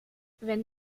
wenn